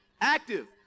active